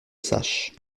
sache